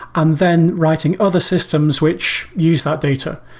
and then writing other systems which use that data.